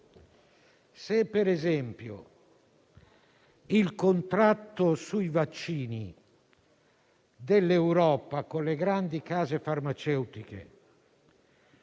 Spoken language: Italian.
alcuni esempi. Se il contratto sui vaccini dell'Europa con le grandi case farmaceutiche